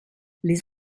les